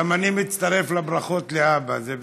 גם אני מצטרף לברכות לאבא, זה בסדר.